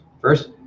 first